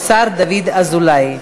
לשר דוד אזולאי.